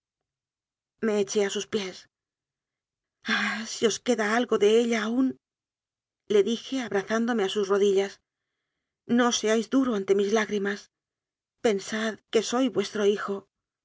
eché a sus pies ah si os queda algo de ella aúnle dije abrazándome a sus rodi llas no seáis duro ante más lágrimas pensad que soy vuestro hijo